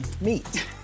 meet